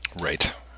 Right